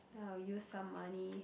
then I'll use some money